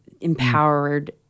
empowered